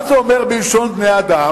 מה זה אומר בלשון בני-האדם?